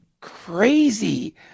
crazy